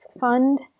Fund